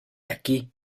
aquí